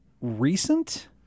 recent